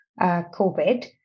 COVID